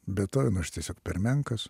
bethovenui aš tiesiog per menkas